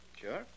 Sure